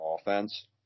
offense